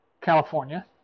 California